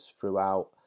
throughout